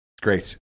Great